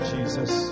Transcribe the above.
Jesus